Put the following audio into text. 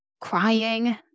crying